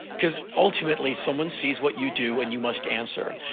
cause ultimately, someone sees what you do and you must answer.